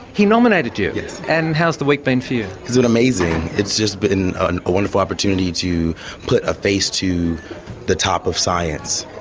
he nominated you! yes. and how's the week been for you? it's been amazing. it's just been and a wonderful opportunity to put a face to the top of science.